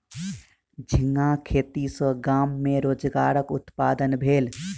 झींगा खेती सॅ गाम में रोजगारक उत्पादन भेल